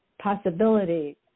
possibility